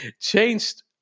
changed